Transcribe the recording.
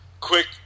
Quick